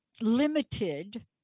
limited